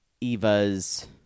Eva's